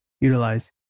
utilize